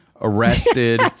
arrested